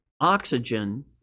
oxygen